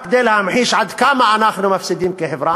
רק כדי להמחיש עד כמה אנחנו מפסידים כחברה,